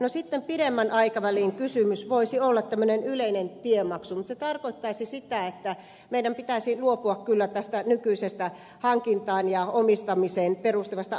no sitten pidemmän aikavälin kysymys voisi olla tämmöinen yleinen tiemaksu mutta se tarkoittaisi sitä että meidän pitäisi luopua kyllä tästä nykyisestä hankintaan ja omistamiseen perustuvasta autoverotusjärjestelmästä